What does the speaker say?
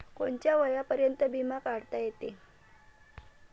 कोनच्या वयापर्यंत बिमा काढता येते?